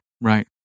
Right